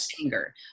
anger